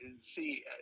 see